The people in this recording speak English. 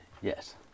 Yes